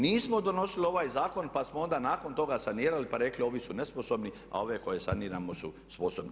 Nismo donosili ovaj zakon, pa smo onda nakon toga sanirali pa rekli ovi su nesposobni, a ove koje saniramo su sposobni.